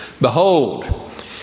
Behold